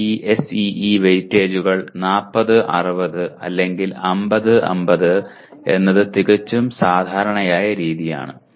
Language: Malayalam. CIE SEE വെയിറ്റേജുകൾ 4060 അല്ലെങ്കിൽ 5050 എന്നത് തികച്ചും സാധാരണ രീതിയാണ്